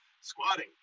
squatting